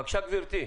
בבקשה, גברתי.